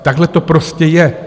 Takhle to prostě je.